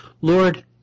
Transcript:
Lord